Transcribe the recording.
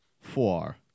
four